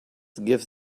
gives